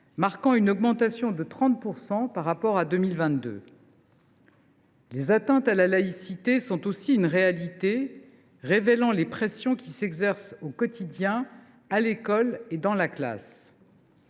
soit une augmentation de 30 % par rapport à 2022. Les atteintes à la laïcité sont aussi une réalité, révélant les pressions qui s’exercent au quotidien à l’école et dans la classe.